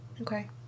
Okay